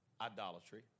Idolatry